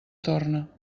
torna